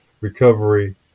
recovery